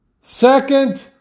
Second